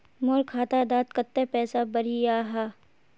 मोर खाता डात कत्ते पैसा बढ़ियाहा?